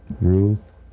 Ruth